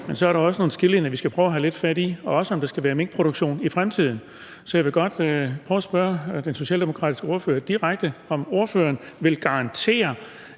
men så er der også nogle skillelinjer, vi skal prøve at have lidt fat i, også om der skal være minkproduktion i fremtiden. Så jeg vil godt prøve at spørge den socialdemokratiske ordfører direkte, om ordføreren vil garantere,